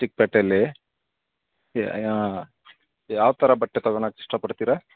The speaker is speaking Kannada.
ಚಿಕ್ಪೇಟೇಲಿ ಯಾವ ತರ ಬಟ್ಟೆ ತಗೋಣಕ್ ಇಷ್ಟಪಡ್ತೀರ